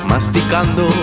Masticando